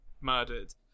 murdered